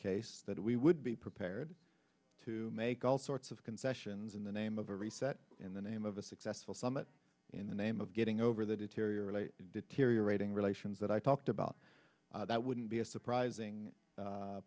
case that we would be prepared to make all sorts of concessions in the name of a reset in the name of a successful summit in the name of getting over the deteriorate deteriorating relations that i talked about that wouldn't be a surprising